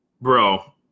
Bro